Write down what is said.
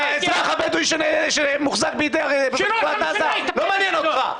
האזרח הבדואי שמוחזק ברצועת עזה לא מעניין אותך.